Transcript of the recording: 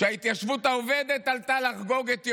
כשההתיישבות העובדת עלתה לחגוג את ירושלים,